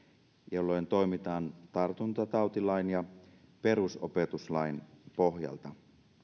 jolloin toimitaan tartuntatautilain ja perusopetuslain pohjalta